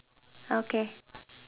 okay